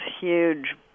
huge